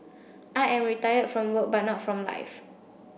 I am retired from work but not from life